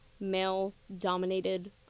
male-dominated